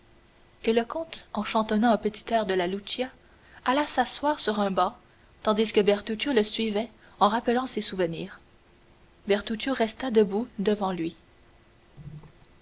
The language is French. et le comte en chantonnant un petit air de la lucia alla s'asseoir sur un banc tandis que bertuccio le suivait en rappelant ses souvenirs bertuccio resta debout devant lui